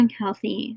healthy